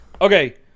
okay